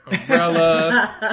Umbrella